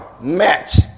match